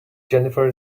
jennifer